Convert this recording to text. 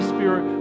Spirit